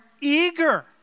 eager